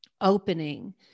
opening